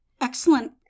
Excellent